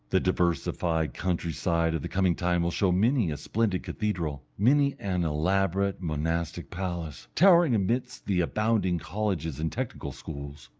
the diversified countryside of the coming time will show many a splendid cathedral, many an elaborate monastic palace, towering amidst the abounding colleges and technical schools.